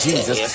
Jesus